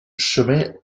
chemin